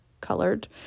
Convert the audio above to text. colored